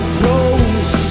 Thrones